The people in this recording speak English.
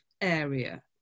area